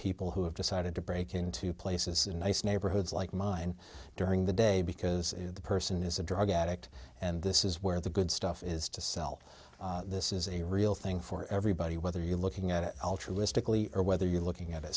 people who have decided to break into places in nice neighborhoods like mine during the day because the person is a drug addict and this is where the good stuff is to sell this is a real thing for everybody whether you're looking at it ultra listicle or whether you're looking at